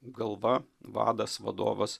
galva vadas vadovas